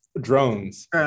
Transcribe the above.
drones